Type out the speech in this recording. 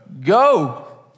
Go